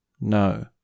No